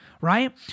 Right